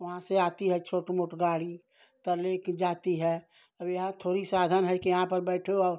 वहाँ से आती है छोटी मोटी गाड़ी तो लेकर जाती है अब यहाँ थोड़ी साधन है कि यहाँ पर बैठो और